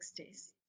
60s